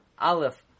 Aleph